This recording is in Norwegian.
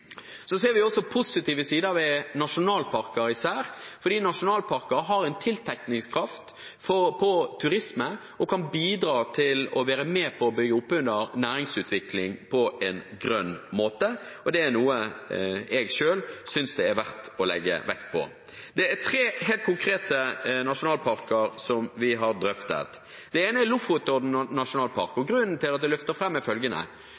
ser også positive sider ved nasjonalparker især, fordi nasjonalparker har en tiltrekningskraft på turisme og kan bidra til å være med på å bygge opp under næringsutvikling på en grønn måte. Det er noe jeg synes det er verdt å legge vekt på. Det er tre helt konkrete nasjonalparker som vi har drøftet: Den ene er Lofotodden nasjonalpark. Grunnen til at den løftes fram, er følgende: